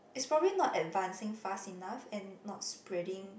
it's propably not advancing fast enough and not spreading